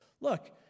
Look